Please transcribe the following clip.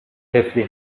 طفلی